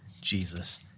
Jesus